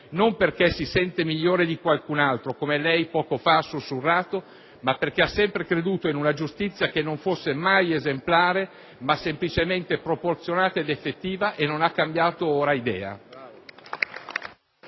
Non perché si sente migliore di qualcun altro - come lei ha poco fa sussurrato - ma perché ha sempre creduto in una giustizia che non fosse mai esemplare, ma semplicemente proporzionata ed effettiva e non ha cambiato ora idea.